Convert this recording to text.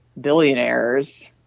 billionaires